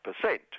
percent